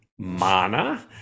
mana